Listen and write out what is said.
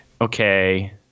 Okay